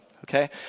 okay